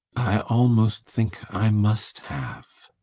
i almost think i must have.